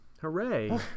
Hooray